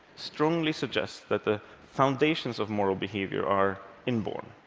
strongly suggests that the foundations of moral behavior are inborn.